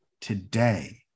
today